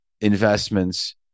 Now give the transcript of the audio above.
investments